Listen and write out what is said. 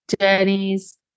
journeys